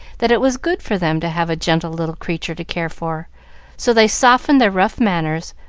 that it was good for them to have a gentle little creature to care for so they softened their rough manners,